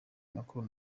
macron